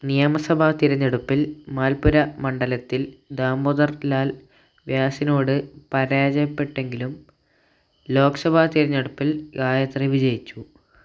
നിയമസഭാ തിരഞ്ഞെടുപ്പിൽ മാൽപുര മണ്ഡലത്തിൽ ദാമോദർ ലാൽ വ്യാസിനോട് പരാജയപ്പെട്ടെങ്കിലും ലോക്സഭാ തിരഞ്ഞെടുപ്പിൽ ഗായത്രി വിജയിച്ചു